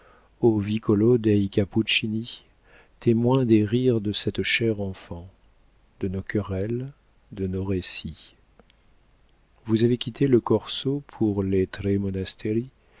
dei capuccini témoin des rires de cette chère enfant de nos querelles de nos récits vous avez quitté le corso pour les tre